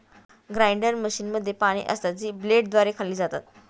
grinder मशीनमध्ये पाने असतात, जी ब्लेडद्वारे खाल्ली जातात